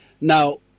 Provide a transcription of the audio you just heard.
Now